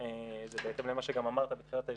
זה בהתאם למה שגם אמרת בתחילת הישיבה,